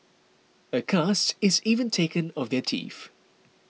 a cast is even taken of their teeth